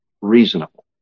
reasonable